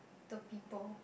the people